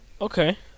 okay